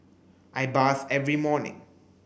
I bath every morning